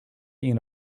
ian